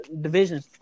division